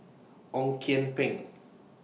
Ong Kian Peng